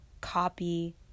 copy